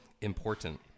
important